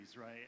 right